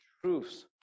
truths